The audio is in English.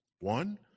One